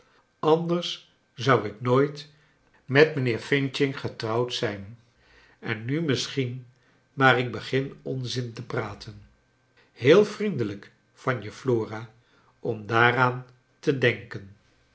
anders zou ik nooit met mijnheer f getrouwd zijn en nu misschien maar ik begin onzin te praten heel vriendelijk van je flora om daaraan te denken